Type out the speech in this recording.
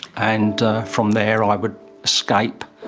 and from there i would escape,